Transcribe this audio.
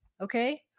okay